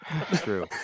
true